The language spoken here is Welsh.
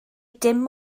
dim